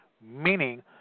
meaning